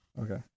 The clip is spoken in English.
Okay